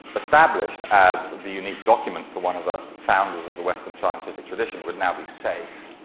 established as the unique document for one of the founders of the western scientific tradition would now be safe.